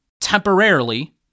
temporarily